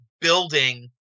building